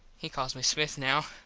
he calls me smith now.